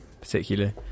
particularly